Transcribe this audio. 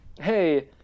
hey